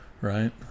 right